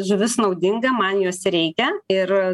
žuvis naudinga man jos reikia ir